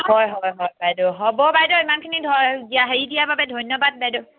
হয় হয় হয় বাইদেউ হ'ব বাইদেউ ইমানখিনি ধ দ হেৰি দিয়াৰ বাবে ধন্যবাদ বাইদেউ